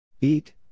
Eat